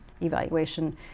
evaluation